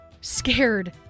scared